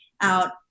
out